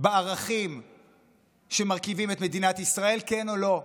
בערכים שמרכיבים את מדינת ישראל, כן או לא?